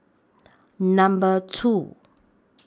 Number two